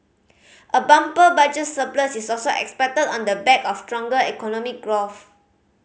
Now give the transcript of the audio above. a bumper Budget surplus is also expected on the back of stronger economic growth